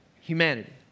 humanity